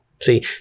See